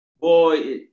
boy